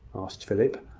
asked philip.